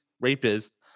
rapist